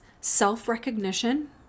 self-recognition